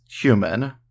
human